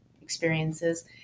experiences